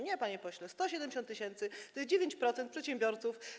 Nie, panie pośle, 170 tys. to jest 9% przedsiębiorców.